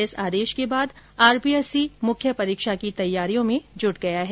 इस आदेश के बाद आरपीएससी मुख्य परीक्षा की तैयारी में जुट गया है